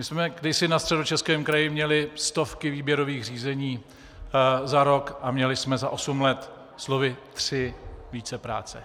My jsme kdysi na Středočeském kraji měli stovky výběrových řízení za rok a měli jsme za osm let slovy tři vícepráce.